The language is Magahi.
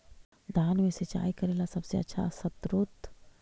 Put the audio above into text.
धान मे सिंचाई करे ला सबसे आछा स्त्रोत्र?